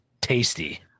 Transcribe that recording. tasty